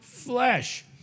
Flesh